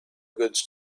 goods